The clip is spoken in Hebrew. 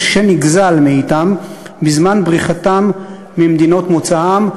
שנגזל מהם בזמן בריחתם ממדינות מוצאם,